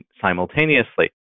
simultaneously